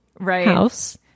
house